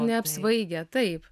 neapsvaigę taip